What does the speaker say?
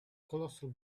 colossal